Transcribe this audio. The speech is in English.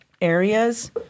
areas